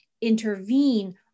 intervene